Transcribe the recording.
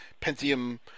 Pentium